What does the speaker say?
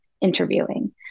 interviewing